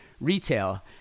retail